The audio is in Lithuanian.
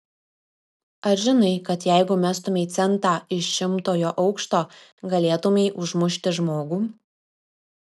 ar žinai kad jeigu mestumei centą iš šimtojo aukšto galėtumei užmušti žmogų